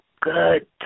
good